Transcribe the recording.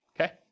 Okay